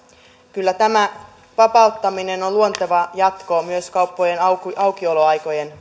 kyllä tämä vapauttaminen on luonteva jatko myös kauppojen aukioloaikojen